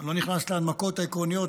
אני לא נכנס להנמקות העקרוניות,